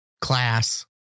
class